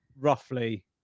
Roughly